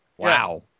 Wow